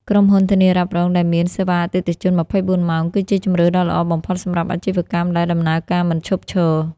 ក្រុមហ៊ុនធានារ៉ាប់រងដែលមាន សេវាអតិថិជន ២៤ ម៉ោង គឺជាជម្រើសដ៏ល្អបំផុតសម្រាប់អាជីវកម្មដែលដំណើរការមិនឈប់ឈរ។